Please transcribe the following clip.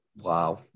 Wow